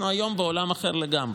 אנחנו היום בעולם אחר לגמרי.